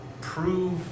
prove